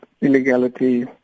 illegality